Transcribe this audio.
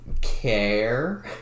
care